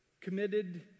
committed